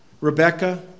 Rebecca